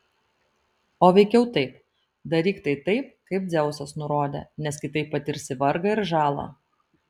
o veikiau taip daryk tai taip kaip dzeusas nurodė nes kitaip patirsi vargą ir žalą